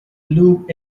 looked